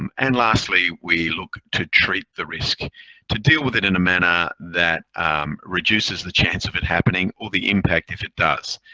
um and lastly, we look to treat the risk to deal with it in a manner that reduces the chance of it happening or the impact if it does.